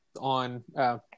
on